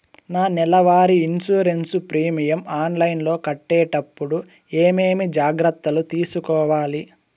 నా నెల వారి ఇన్సూరెన్సు ప్రీమియం ఆన్లైన్లో కట్టేటప్పుడు ఏమేమి జాగ్రత్త లు తీసుకోవాలి?